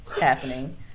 happening